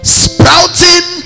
sprouting